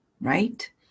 right